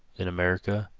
in america,